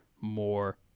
more